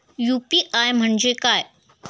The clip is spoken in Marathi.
यु.पी.आय म्हणजे काय?